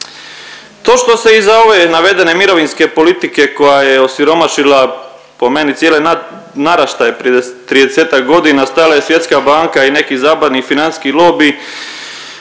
To što se iza ove navedene mirovinske politike koja je osiromašila po meni cijele naraštaje prije 30-tak godina stajala je Svjetska banka i neki zapadni financijski lobiji,